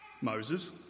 Moses